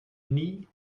nie